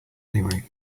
anyway